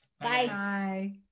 bye